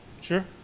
Sure